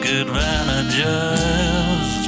advantages